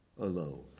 alone